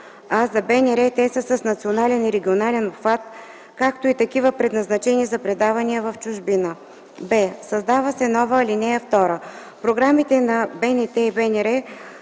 а за БНР те са с национален и регионален обхват, както и такива, предназначени за предавания в чужбина”. б) създава се нова ал. 2: „(2) Програмите на БНТ и БНР